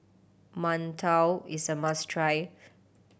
mantou is a must try